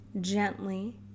gently